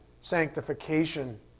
sanctification